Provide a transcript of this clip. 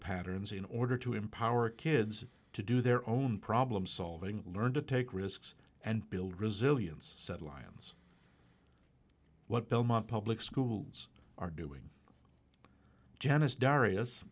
patterns in order to empower kids to do their own problem solving learn to take risks and build resilience said lions what belmont public schools are doing janice d